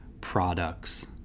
products